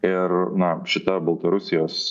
ir na šita baltarusijos